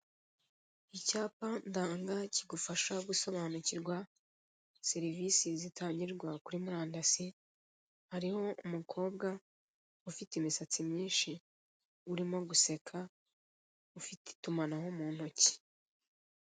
Icyapa ndanga, kigufasha gusobanukirwa serivisi zitangirwa kuri murandasi, hariho umukobwa ufite imisatsi myinshi urimo guseka, ufite itumanaho mu ntoki.